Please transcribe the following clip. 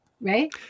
right